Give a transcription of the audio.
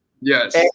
Yes